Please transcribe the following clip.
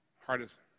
hardest